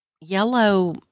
yellow